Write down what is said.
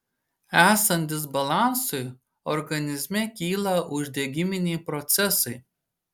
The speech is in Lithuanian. esant disbalansui organizme kyla uždegiminiai procesai